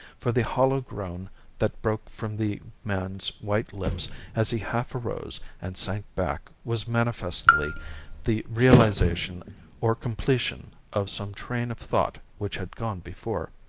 for the hollow groan that broke from the man's white lips as he half arose and sank back was manifestly the realisation or completion of some train of thought which had gone before.